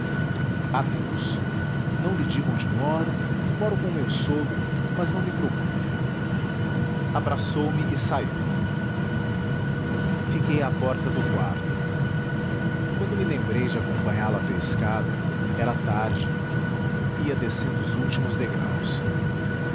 suplício adeus não lhe digo onde moro moro com meu sogro mas não me procure abraçou-me e saiu fiquei à porta do quarto quando me lembrei de acompanhá-lo até escada era tarde ia descendo os últimos degraus